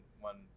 one